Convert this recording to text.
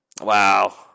wow